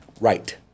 right